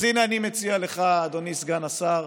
אז הינה אני מציע לך, אדוני סגן השר,